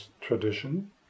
tradition